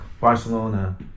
Barcelona